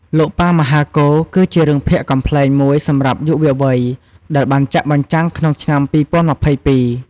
លោកប៉ាមហាកូរ គឺជារឿងភាគកំប្លែងមួយសម្រាប់យុវវ័យ ដែលបានចាក់បញ្ចាំងក្នុងឆ្នាំ ២០២២។